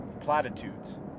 platitudes